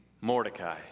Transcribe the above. Mordecai